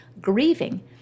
grieving